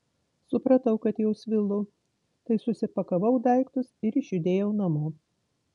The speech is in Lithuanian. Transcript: supratau kad jau svylu tai susipakavau daiktus ir išjudėjau namo